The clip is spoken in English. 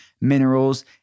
minerals